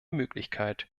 möglichkeit